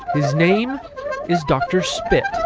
his name is dr. spit.